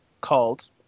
called